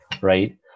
right